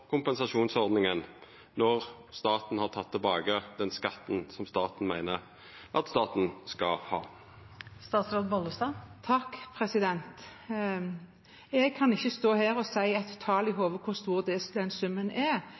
når staten har teke tilbake den skatten som staten meiner at staten skal ha? Jeg kan ikke stå her og si hvor stor den summen er, for jeg har den ikke i hodet. Det jeg kan si, er